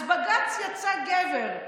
אז בג"ץ יצא גבר.